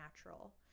natural